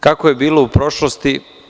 Kako je bilo u prošlosti.